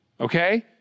Okay